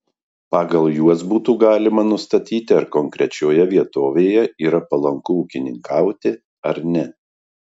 pagal juos būtų galima nustatyti ar konkrečioje vietovėje yra palanku ūkininkauti ar ne